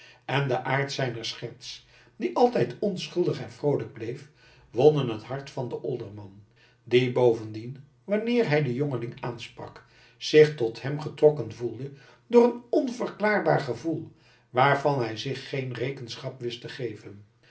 en de aard zijner scherts die altijd onschuldig en vroolijk bleef wonnen het hart van den olderman die bovendien wanneer hij den jongeling aansprak zich tot hem getrokken gevoelde door een onverklaarbaar gevoel waarvan hij zich geen rekenschap wist te geven